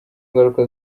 ngaruka